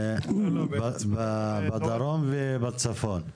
בדרום ובצפון.